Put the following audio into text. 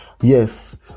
yes